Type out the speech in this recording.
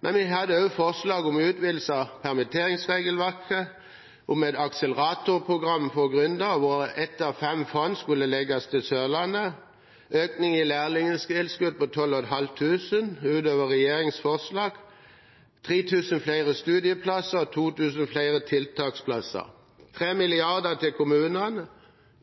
men vi hadde også forslag om utvidelse av permitteringsregelverket, om et akseleratorprogram for gründere hvor ett av fem fond skulle legges til Sørlandet, økning i lærlingtilskudd på 12 500 kr utover regjeringens forslag, 3 000 flere studieplasser og 2 000 flere tiltaksplasser, 3 mrd. kr til kommunene,